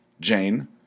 Jane